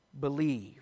believe